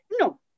no